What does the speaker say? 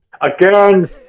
Again